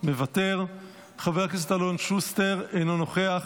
אינו נוכח,